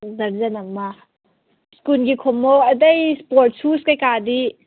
dozen ꯑꯃ ꯁ꯭ꯀꯨꯜꯒꯤ ꯈꯣꯡꯎꯞ ꯑꯇꯩ ꯏꯁꯄꯣꯔꯠ ꯁꯨ ꯀꯩꯀꯥꯗꯤ